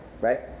right